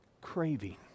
craving